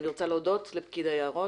אני רוצה להודות לפקיד היערות,